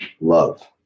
love